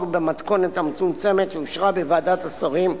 במתכונת המצומצמת שאושרה בוועדת השרים,